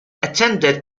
attended